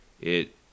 It—